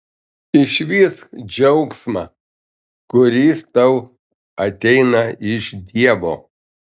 išvysk džiaugsmą kuris tau ateina iš dievo